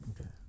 Okay